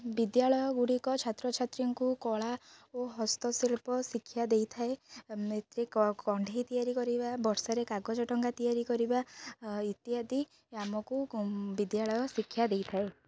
ବିଦ୍ୟାଳୟଗୁଡ଼ିକ ଛାତ୍ରଛାତ୍ରୀଙ୍କୁ କଳା ଓ ହସ୍ତଶିଳ୍ପ ଶିକ୍ଷା ଦେଇଥାଏ ଏଥି କଣ୍ଢେଇ ତିଆରି କରିବା ବର୍ଷାରେ କାଗଜ ଟଙ୍କା ତିଆରି କରିବା ଇତ୍ୟାଦି ଆମକୁ ବିଦ୍ୟାଳୟ ଶିକ୍ଷା ଦେଇଥାଏ